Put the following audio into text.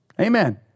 Amen